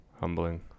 humbling